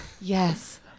Yes